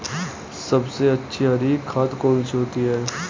सबसे अच्छी हरी खाद कौन सी होती है?